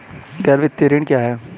गैर वित्तीय ऋण क्या है?